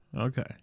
Okay